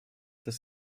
das